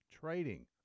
trading